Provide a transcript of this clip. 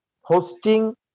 hosting